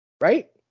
Right